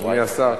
חברי חברי הכנסת,